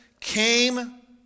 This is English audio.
came